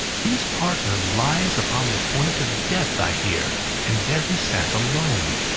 his partner lies upon the point of death, i hear and there he sat alone.